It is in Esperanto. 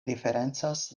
diferencas